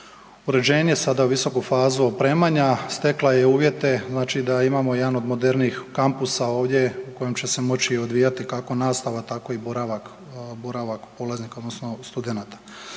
uređenje, sada visoku fazu opremanja, stekla je i uvjete znači da imamo jedan od modernijih kampusa ovdje u kojem će se moći odvijati kako nastava tako i boravak polaznika odnosno studenata.